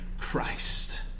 Christ